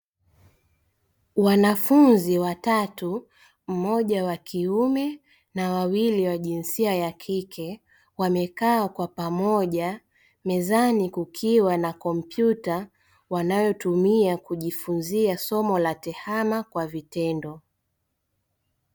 Wanafunzi watatu mmoja wa kiume na wawili wa jinsia ya kike, wamekaa kwa pamoja mezani kukiwa na kompyuta wanayotumia kujifunzia somo la tehama kwa vitendo.